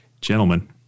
Gentlemen